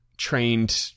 trained